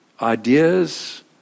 ideas